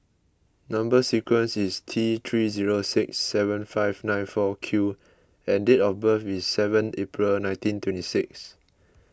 Number Sequence is T three zero six seven five nine four Q and date of birth is seven April nineteen twenty six